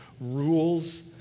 rules